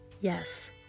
yes